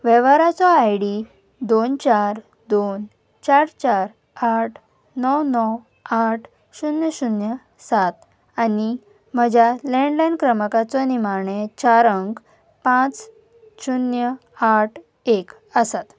वेव्हाराचो I D दोन चार दोन चार चार आठ णव णव आठ शुन्य शुन्य सात आनी म्हज्या लँण्डलायन क्रमांकाचो निमाणें चार अंक पांच शुन्य आठ एक आसात